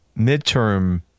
midterm